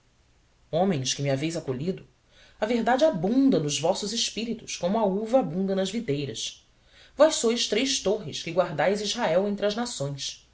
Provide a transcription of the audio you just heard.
homens que me haveis acolhido a verdade abunda nos vossos espíritos como a uva abunda nas videiras vós sois três torres que guardais israel entre as nações